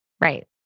Right